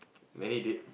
many dates